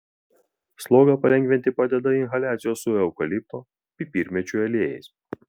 slogą palengvinti padeda inhaliacijos su eukalipto pipirmėčių aliejais